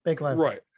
right